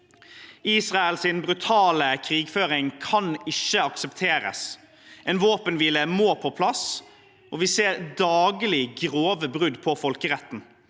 Israels brutale krigføring kan ikke aksepteres. En våpenhvile må på plass, og vi ser daglig grove brudd på folkeretten.